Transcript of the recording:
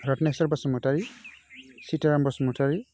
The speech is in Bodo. रतनेस्वर बसुमतारि सिताराम बसुमतारि